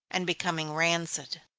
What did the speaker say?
and becoming rancid.